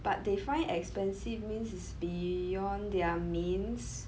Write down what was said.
but they find it expensive means is beyond their means